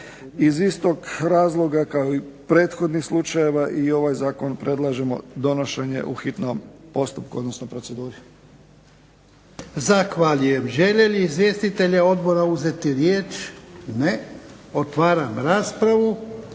Iz istog razloga kao i prethodni slučajeva i ovaj zakon predlažemo donošenje u hitnom postupku odnosno proceduri. **Jarnjak, Ivan (HDZ)** Zahvaljujem. Žele li izvjestitelji odbora uzeti riječ? Ne. Otvaram raspravu.